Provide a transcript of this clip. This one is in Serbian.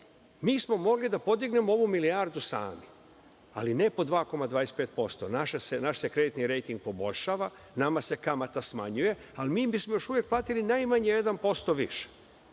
mi smo mogli da podignemo ovu milijardu sami, ali ne po 2,25%, naš kreditni rejting se poboljšava, nama se kamata smanjuje ali mi bismo još uvek platili najmanje još